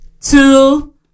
two